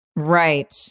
Right